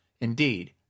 Indeed